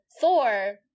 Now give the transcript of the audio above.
thor